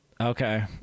Okay